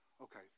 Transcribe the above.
Okay